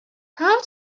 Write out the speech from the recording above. how